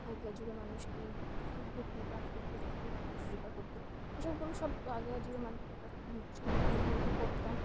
আগেকার যুগের মানুষ কী কীভাবে কী কাজ করতো কীভাবে পশু শিকার করতো এসবগুলো সব আগেকার যুগের মানুষের কাছে উৎসব ইতিহাস বইতে পড়তাম